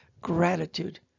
gratitude